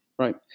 Right